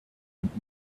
und